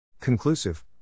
Conclusive